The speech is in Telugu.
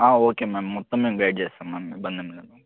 ఆ ఓకే మ్యామ్ మొత్తం మేం గైడ్ చేస్తాం మ్యామ్ ఇబ్బందేం లేదు